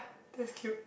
that's cute